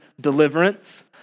deliverance